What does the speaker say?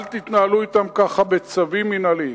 אל תתנהלו אתם ככה, בצווים מינהליים.